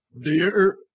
Dear